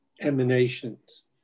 emanations